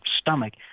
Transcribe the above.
stomach